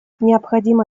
необходимо